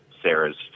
Sarah's